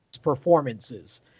performances